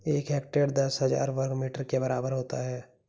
एक हेक्टेयर दस हजार वर्ग मीटर के बराबर होता है